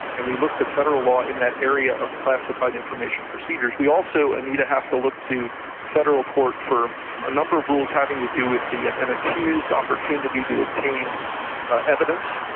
and we look to federal law in that area of classified information procedures. we also, anita, have to look to federal court for a number of rules having to do with and an accused's opportunity to obtain ah evidence,